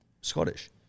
Scottish